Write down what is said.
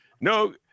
no